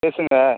பேசுங்கள்